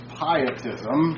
pietism